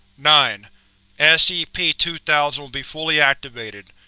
nine scp two thousand will be fully activated,